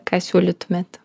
ką siūlytumėt